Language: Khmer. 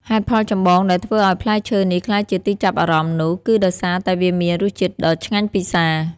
ហេតុផលចម្បងដែលធ្វើឲ្យផ្លែឈើនេះក្លាយជាទីចាប់អារម្មណ៍នោះ គឺដោយសារតែវាមាន រសជាតិដ៏ឆ្ងាញ់ពិសា។